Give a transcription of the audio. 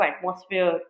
atmosphere